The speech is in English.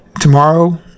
tomorrow